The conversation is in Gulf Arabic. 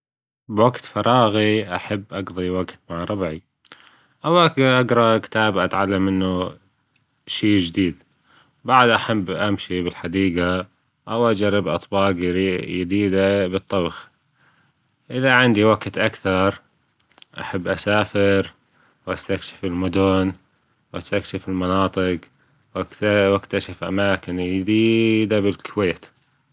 بوجت فراغي أحب أجضي وجت مع ربعي، اوجات أجرأ كتاب أتعلم منه شي جديد. بعدها أحب أمشي بالحديقة أو أجرب أطباج يديدة بالطبخ، إذا عندي وجت أكثر أحب أسافر وأستكشف المدن وأستكشف المناطق وأكتشف أماكن جديدة بالكويت.